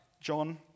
John